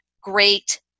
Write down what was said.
great